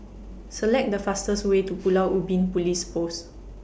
Select The fastest Way to Pulau Ubin Police Post